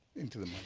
into the mike.